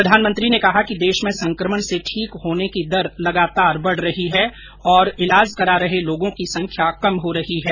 प्रधानमंत्री ने कहा कि देश में संक्रमण से ठीक होने की दर लगातार बढ रही है और इलाज करा रहे लोगों की संख्या कम हो रही है